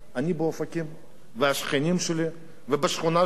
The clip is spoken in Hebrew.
והשכנים שלי ובשכונה שלי ובעיר שלי,